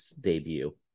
debut